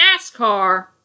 NASCAR